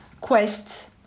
quest